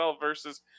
versus